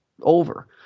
over